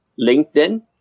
LinkedIn